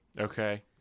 Okay